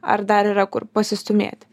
ar dar yra kur pasistūmėti